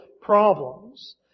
problems